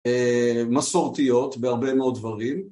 מסורתיות בהרבה מאוד דברים